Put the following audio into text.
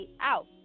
out